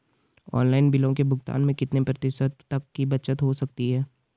Online बिलों के भुगतान में कितने प्रतिशत तक की बचत हो सकती है?